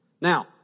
Now